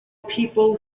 people